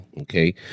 Okay